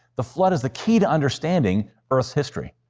the flood is the key to understanding earth's history.